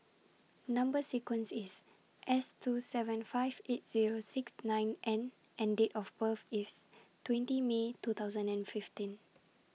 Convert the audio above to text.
Number sequence IS S two seven five eight Zero six nine N and Date of birth IS twenty May two thousand and fifteen